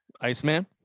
Iceman